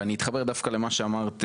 ואני אתחבר דווקא למה שאמרת,